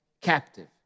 captive